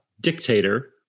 dictator